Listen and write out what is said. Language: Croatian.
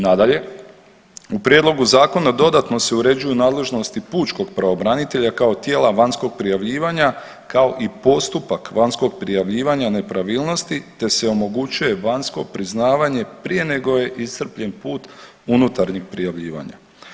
Nadalje, u prijedlogu zakona dodano se uređuju nadležnosti pučkog pravobranitelja kao tijela vanjskog prijavljivanja, kao i postupak vanjskog prijavljivanja nepravilnosti, te se omogućuje vanjsko priznavanje prije nego je iscrpljen put unutarnjih prijavljivanja.